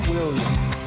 Williams